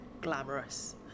glamorous